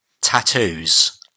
Tattoos